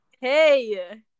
Hey